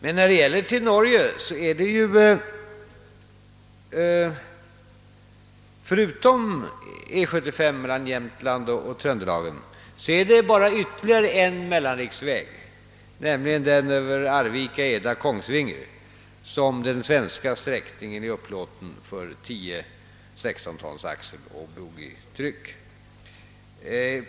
Av de svenska vägarna till Norge är förutom E 75 mellan Jämtland och Tröndelagen bara ytterligare en mellanriksväg, nämligen den över Arvika, Eda och Kongsvinger, upplåten för 10 tons axeltryck och 16 tons boggitryck.